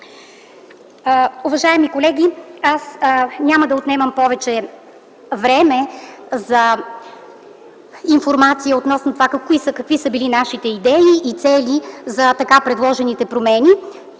Уважаеми колеги, няма да отнемам повече време за информация относно това какви са били нашите идеи и цели за така предложените промени.